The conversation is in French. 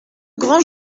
grand